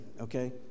okay